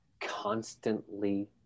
constantly